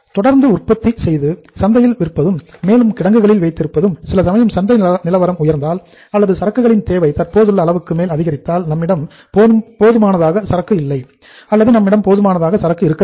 தொடர்ந்து உற்பத்தி செய்து சந்தையில் விற்பதும் மேலும் கிடங்கில் வைத்திருப்பதும் சில சமயம் சந்தை நிலவரம் உயர்ந்தால் அல்லது சரக்குகளின் தேவை தற்போதுள்ள அளவுக்கு மேல் அதிகரித்தால் நம்மிடம் போதுமான சரக்கு இருக்க வேண்டும்